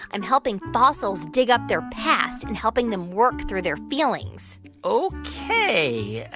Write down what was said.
i'm helping fossils dig up their past and helping them work through their feelings ok.